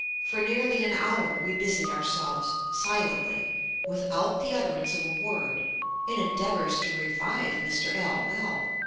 for nearly an hour, we busied ourselves, silently without the utterance of a word in endeavors to revive mr. l l.